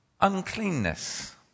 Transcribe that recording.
uncleanness